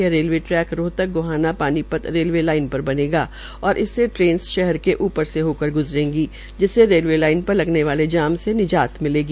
यह railway track Rohtak Gohana Panipat railway line पर बनेगा और इससे ट्रेन शहर के ऊपर से हो कर गूज़रेगी जिससे रेलवे लाइन पर लगाने वाले जाम से निजात मिलेगी